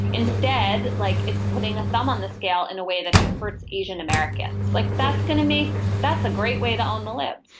instead like it's putting a thumb on the scale in a way that hurts asian-americans like that's going to make. that's a great way to on the lips